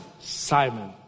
Simon